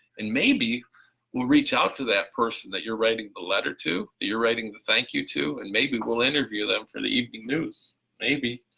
and maybe we'll reach out to that person that you're writing the letter to that you're writing the thank you to, and maybe we'll interview them for the evening news maybe,